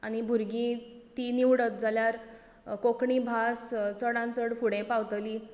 आनी भुरगीं ती निवडत जाल्यार कोंकणी भास चडांत चड फुडें पावतली